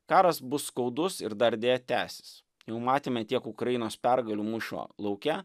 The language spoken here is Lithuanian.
karas bus skaudus ir dar deja tęsis jau matėme tiek ukrainos pergalių mūšio lauke